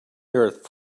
earth